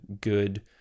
good